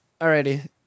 Alrighty